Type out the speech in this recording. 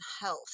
Health